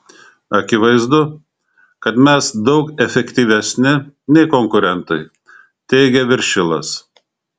akivaizdu kad mes daug efektyvesni nei konkurentai teigia viršilas